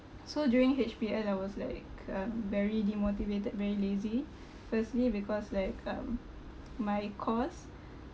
so during H_B_L I was like uh very demotivated very lazy firstly because like um my course